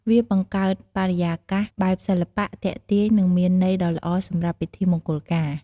វាបង្កើតបរិយាកាសបែបសិល្បៈ ទាក់ទាញ និងមានន័យដ៌ល្អសម្រាប់ពិធីមង្គលការ។